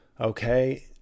Okay